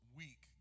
week